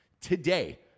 today